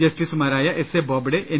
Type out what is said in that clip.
ജസ്റ്റിസുമാരായ S A Bobde N